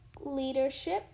leadership